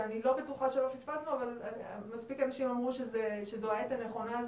שאני לא בטוחה שלא פספסנו אבל מספיק אנשים אמרו שזו העת הנכונה אז